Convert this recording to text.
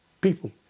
people